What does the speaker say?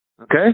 okay